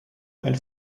and